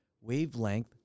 wavelength